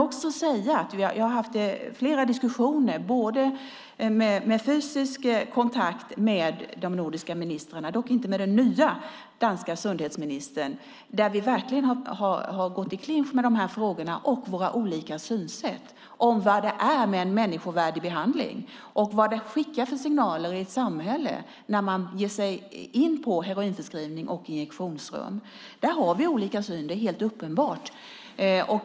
Jag har haft flera diskussioner, också med fysisk kontakt, med de nordiska ministrarna - dock inte med den nye danske sundhetsministern - där vi verkligen har gått i clinch med de här frågorna och våra olika synsätt på vad en människovärdig behandling är och vad det skickar för signaler i ett samhälle när man ger sig in på heroinförskrivning och injektionsrum. Där har vi olika syn; det är helt uppenbart.